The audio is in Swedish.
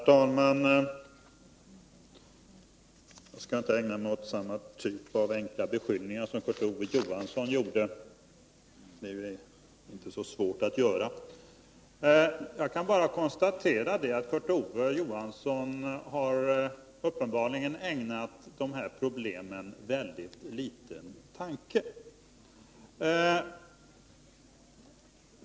Herr talman! Jag skall inte ägna mig åt samma typ av enkla beskyllningar som Kurt Ove Johansson förde fram — det är inte så svårt att göra det. Jag kan bara konstatera att Kurt Ove Johansson uppenbarligen har ägnat de här problemen mycket liten tankemöda.